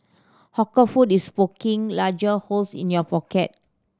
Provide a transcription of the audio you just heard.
hawker food is poking larger holes in your pocket